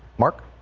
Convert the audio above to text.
mark